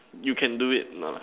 you can do it lah